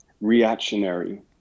reactionary